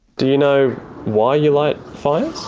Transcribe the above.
do you know why you light fires?